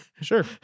sure